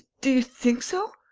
do you think so.